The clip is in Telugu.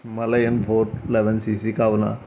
హిమాలయన్ పోర్ట్ లెవన్ సీసీ కావున